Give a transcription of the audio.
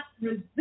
resist